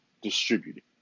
distributed